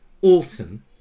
Alton